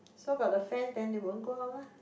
so but the fence then they won't go out lah